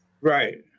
Right